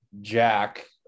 Jack